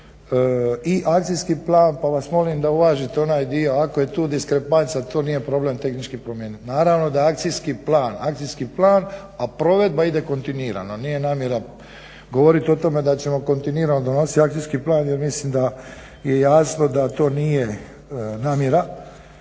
i akcijski plan, pa vas molim da uvažite onaj dio ako je tu diskrepaca, tu nije problem tehničke promjene. Naravno da akcijski plan, akcijski plan a provedba ide kontinuirano, nije namjera govorit o tome da ćemo kontinuirano donositi akcijski plan jer mislim da je jasno da to nije namjera.